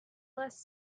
less